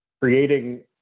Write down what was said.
creating